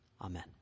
Amen